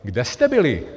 Kde jste byli?